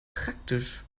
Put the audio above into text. praktisch